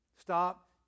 Stop